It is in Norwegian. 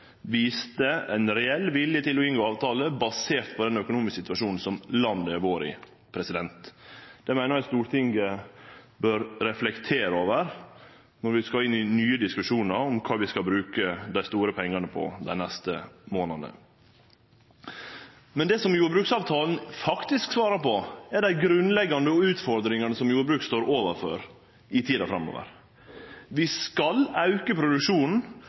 viste ein reell vilje til å inngå avtale basert på den økonomiske situasjonen som landet har vore i. Det meiner eg at Stortinget bør reflektere over når vi skal inn i nye diskusjonar om kva vi skal bruke dei store pengane på dei neste månadene. Det som jordbruksavtalen faktisk svarer på, er dei grunnleggjande utfordringane som jordbruket står overfor i tida framover. Vi skal auke produksjonen,